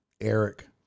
Eric